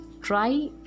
try